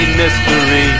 mystery